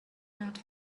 not